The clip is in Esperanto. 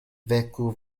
veku